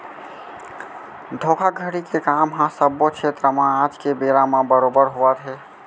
धोखाघड़ी के काम ह सब्बो छेत्र म आज के बेरा म बरोबर होवत हे